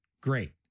great